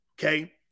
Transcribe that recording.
Okay